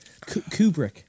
Kubrick